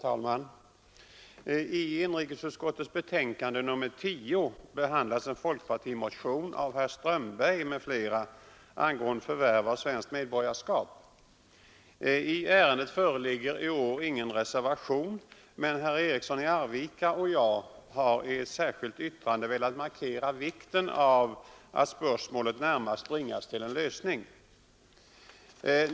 Herr talman! I inrikesutskottets betänkande nr 10 behandlas en folkpartimotion av herr Strömberg m.fl. angående förvärv av svenskt medborgarskap. I ärendet föreligger i år ingen reservation, men herr Eriksson i Arvika och jag har i ett särskilt yttrande velat markera vikten av att spörsmålet snarast bringas till en lösning.